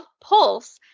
pulse